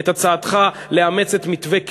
את הצעתך לאמץ את מתווה קלינטון.